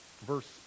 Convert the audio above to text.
verse